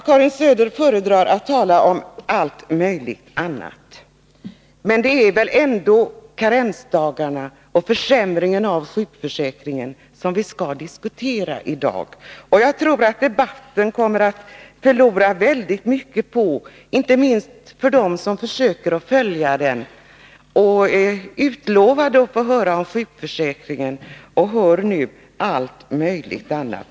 Karin Söder föredrar att tala om allt möjligt annat. Men det är väl ändå karensdagarna och försämringen av sjukförsäkringen som vi skall diskutera i dag? Annars tror jag att debatten kommer att förlora väldigt mycket — inte minst för dem som försöker följa den och är utlovade att få höra om sjukförsäkringen och nu hör allt möjligt annat.